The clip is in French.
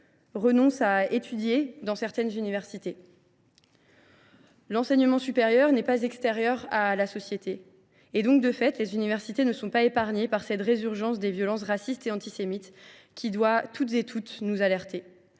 ou à étudier dans certaines universités. L’enseignement supérieur n’est pas extérieur à la société. De fait, les universités ne sont pas épargnées par cette résurgence des violences racistes et antisémites, qui doit nous alerter